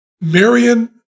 Marion